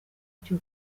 cyo